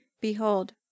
behold